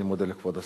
אני מודה לכבוד השר.